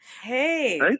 Hey